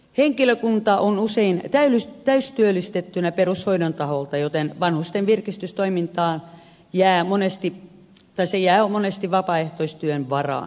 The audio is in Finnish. henkilökunta on usein täystyöllistettynä perushoidon taholta joten vanhusten virkistystoiminta jää monesti vapaaehtoistyön varaan